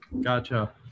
Gotcha